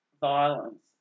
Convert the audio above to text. violence